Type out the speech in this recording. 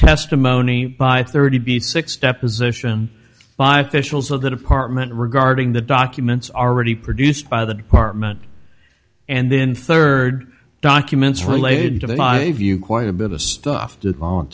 testimony by thirty six deposition five fishelson of the department regarding the documents already produced by the department and then third documents related to the five you quite a bit of stuff